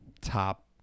top